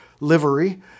livery